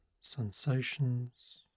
sensations